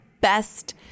best